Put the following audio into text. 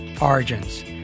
origins